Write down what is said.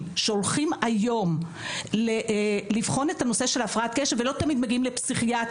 שהולכים היום לבחון את הנושא של ההפרעת קשב ולא תמיד מגיעים לפסיכיאטר,